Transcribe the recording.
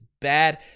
bad